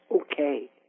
okay